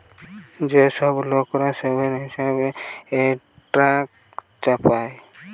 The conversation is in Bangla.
যে সব লোকরা স্ল্যাভেরি হিসেবে ট্যাক্স চাপায়